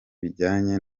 bijyanye